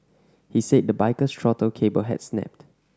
he said the biker's throttle cable had snapped